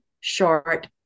short